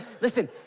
Listen